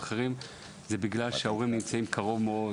זה ההורים שנמצאים קרוב מאוד.